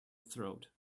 throat